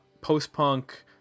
post-punk